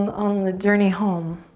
um on the journey home.